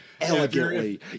elegantly